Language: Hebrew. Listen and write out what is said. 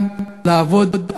גם לעבוד,